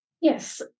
Yes